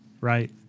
right